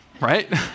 right